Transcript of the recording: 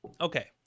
okay